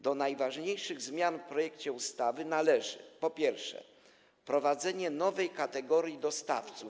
Do najważniejszych zmian w projekcie ustawy należy, po pierwsze, wprowadzenie nowej kategorii dostawców.